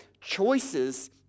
choices